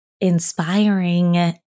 inspiring